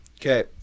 Okay